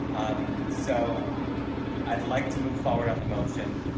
um so i'd like to move forward on the motion.